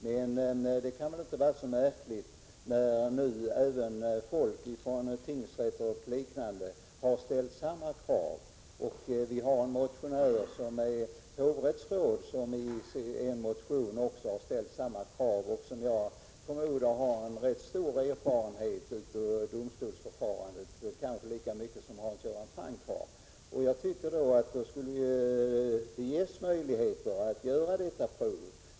Vårt krav kan inte vara så märkligt eftersom även folk från tingsrätter och liknande har ställt samma krav, och en motionär som är hovrättsråd har också ställt samma krav. Jag förmodar att denne har rätt stor erfarenhet av domstolsförfarandet, kanske lika mycket som Hans Göran Franck. Därför tycker jag man skulle pröva förslaget.